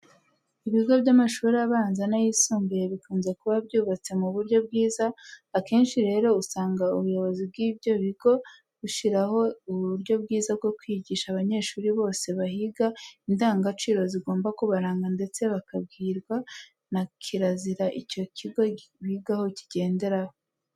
Ibigo by'amashuri abanza n'ayisumbuye bikunze kuba byubatse mu buryo bwiza. Akenshi rero usanga ubuyobozi bw'ibyo bigo bushyiraho uburyo bwiza bwo kwigisha abanyeshuri bose bahiga indangagaciro zigomba kubaranga ndetse bakabwirwa na kirazira icyo kigo bigaho kigenderaho.